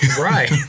Right